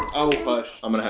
oh, hush. i'm